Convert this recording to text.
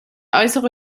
äußere